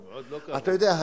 אתה יודע,